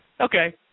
okay